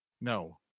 No